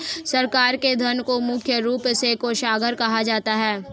सरकार के ऋण को मुख्य रूप से कोषागार कहा जाता है